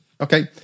okay